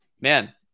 man